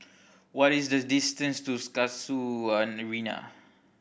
what is the distance to Casuarina